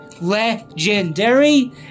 legendary